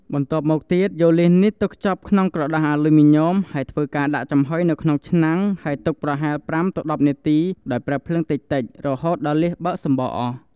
បន្ទាប់មកទៀតយកលៀសនេះទៅខ្ជប់ក្នុងក្រដាសអាលុយមីញ៉ូម ហើយធ្វើការដាក់ចំហុយនៅក្នុងឆ្នាំង ហើយទុកប្រហែល ៥ ទៅ ១០ នាទី ដោយប្រើភ្លើងតិចៗ រហូតដល់លៀសបើកសំបកអស់។